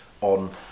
on